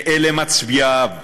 ואלה מצביעיו,